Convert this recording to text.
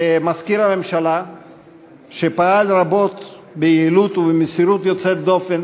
כמזכיר הממשלה שפעל רבות ביעילות ובמסירות יוצאת דופן.